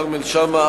כרמל שאמה,